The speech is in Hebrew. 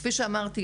כפי שאמרתי,